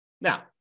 Now